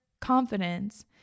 confidence